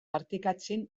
partekatzen